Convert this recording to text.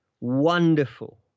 wonderful